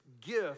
gift